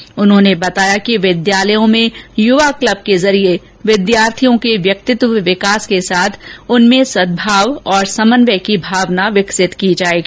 श्री डोटासरा ने बताया कि विद्यालयों में यूवा क्लब के जरिये विद्यार्थियों के व्यक्तित्व विकास के साथ उनमें सदभाव और समन्वय की भावना विकसित की जायेगी